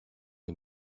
est